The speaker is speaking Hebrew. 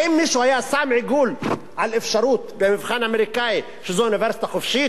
האם מישהו היה שם עיגול על אפשרות במבחן אמריקאי שזו אוניברסיטה חופשית?